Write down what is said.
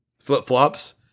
flip-flops